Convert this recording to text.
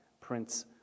Prince